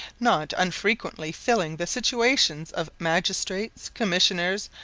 not unfrequently filling the situations of magistrates, commissioners,